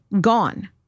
gone